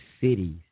cities